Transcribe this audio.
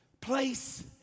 Place